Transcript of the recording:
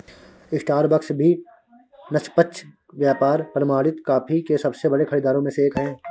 Starbucks भी निष्पक्ष व्यापार प्रमाणित कॉफी के सबसे बड़े खरीदारों में से एक है